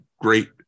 great